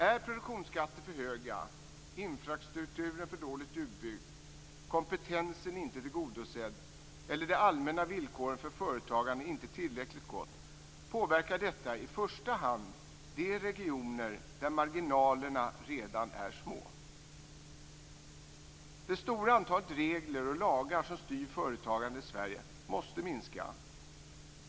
Är produktionsskatterna för höga, infrastrukturen dåligt utbyggd, kompetenskraven inte tillgodosedda eller de allmänna villkoren för företagande inte tillräckligt gott, så påverkar detta i första hand de regioner där marginalerna redan är små. Det stora antalet regler och lagar som styr företagande i Sverige måste minska.